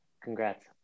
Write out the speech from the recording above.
Congrats